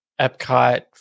Epcot